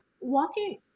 walking